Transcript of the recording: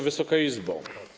Wysoka Izbo!